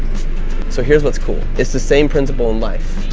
so here's what's cool, it's the same principle in life.